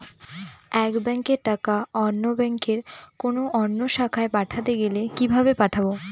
এক ব্যাংকের টাকা অন্য ব্যাংকের কোন অন্য শাখায় পাঠাতে গেলে কিভাবে পাঠাবো?